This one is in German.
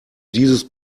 dieses